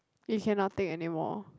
you cannot take anymore